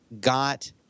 got